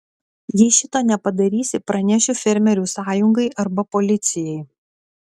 jei šito nepadarysi pranešiu fermerių sąjungai arba policijai